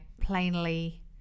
Plainly